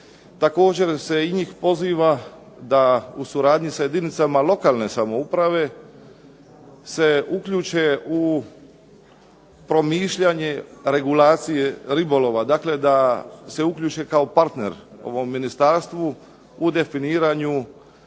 Također se i njih poziva da u suradnji sa jedinicama lokalne samouprave se uključe u promišljanje regulacije ribolova, dakle da se uključe kao partner ovom ministarstvu u definiranju